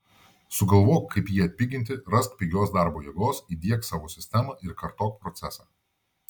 sugalvok kaip jį atpiginti rask pigios darbo jėgos įdiek savo sistemą ir kartok procesą